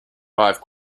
five